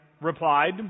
replied